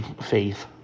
faith